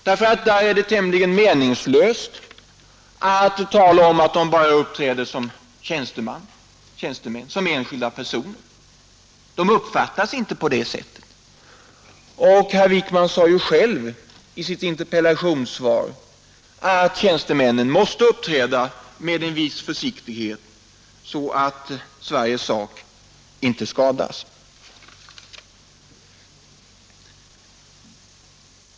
Där är det tämligen meningslöst att tala om att de bara uppträder som enskilda personer — de uppfattas inte på det sättet. Herr Wickman sade själv i sitt interpellationssvar att tjänstemännen måste uppträda med en viss försiktighet, så att Sveriges sak inte skadas.